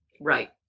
Right